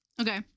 Okay